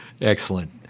Excellent